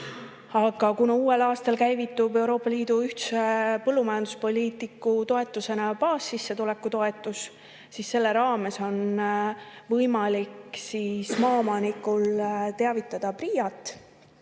Aga kuna uuel aastal käivitub Euroopa Liidu [ühise] põllumajanduspoliitika toetusena baassissetuleku toetus, siis selle raames on võimalik maaomanikul teavitada PRIA-t